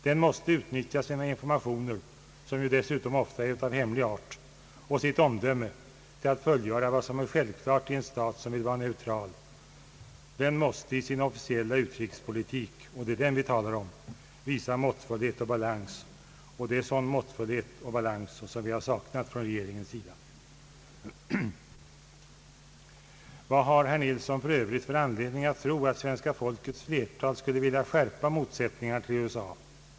Den måste utnyttja sina informationer, som ju dessutom ofta är av hemlig art, och sitt omdöme till att fullgöra vad som är självklart i en stat som vill vara neutral: den måste i sin officiella utrikespolitik — och det är den vi talar om — visa en måttfullhet och balans. Det är sådan måttfullhet och balans vi har saknat från regeringens sida. Vad har herr Nilsson för övrigt för anledning att tro att svenska folkets flertal skulle vilja skärpa motsättningarna till USA?